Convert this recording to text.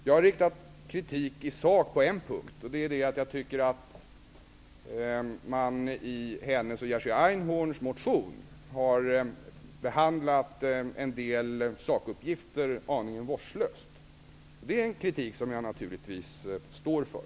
Jag har riktat kritik i sak på en punkt, och det är att jag tycker att man i hennes och Jerzy Einhorns motion har behandlat en del sakuppgifter aningen vårdslöst. Det är en kritik som jag naturligtvis står för.